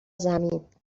زمین